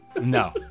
No